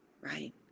right